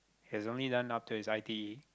has only done up till his i_t_e